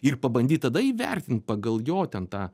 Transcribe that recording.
ir pabandyt tada įvertint pagal jo ten tą